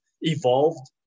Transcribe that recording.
evolved